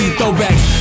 throwbacks